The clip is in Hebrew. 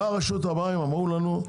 רשות המים אמרו לנו: